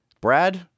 Brad